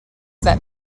that